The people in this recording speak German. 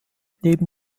neben